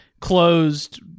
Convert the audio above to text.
closed